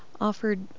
offered